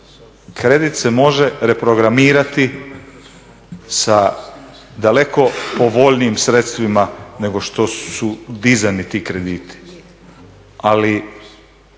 Kredit se može reprogramirati sa daleko povoljnijim sredstvima nego što su dizani ti krediti.